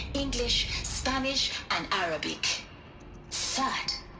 english. spanish. and arabic third.